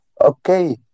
okay